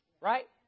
right